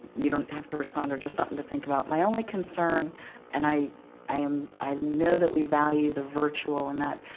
you don't have to respond, or just something to think about. my only concern and i i um know that we value the virtual and that.